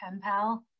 pal